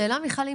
השאלה מיכל,